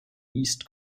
east